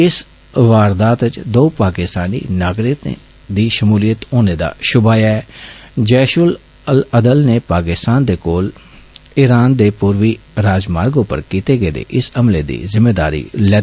इस वारदात च दौ पाकिस्तानी नागरिकें दी षमूलियत होने दी खबर ऐ जैष उल अदल ने पाकिस्तान दे कोल ईरान दे पूर्वी राजमार्ग उप्पर कीते गेदे इस हमले दी जिम्मेवारी लैती ऐ